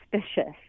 suspicious